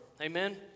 Amen